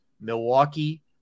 Milwaukee